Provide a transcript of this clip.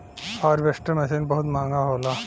harvester machine बहुत महंगा होला